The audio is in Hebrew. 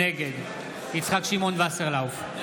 נגד יצחק שמעון וסרלאוף,